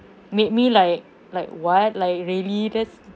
made me like like what like really that's